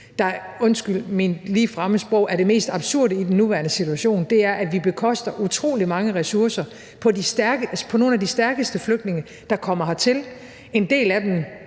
der er det mest absurde i den nuværende situation, nemlig at vi bekoster utrolig mange ressourcer på nogle af de stærkeste flygtninge, der kommer hertil. En del af dem